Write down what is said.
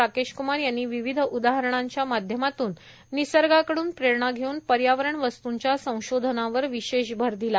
राकेश कुमार यांनी विविध उदाहरणांच्या माध्यमातून निसर्ग कडून प्रेरणा घेऊन पर्यावरण वस्तूंच्या संशॊधनावर विशेष भर दिला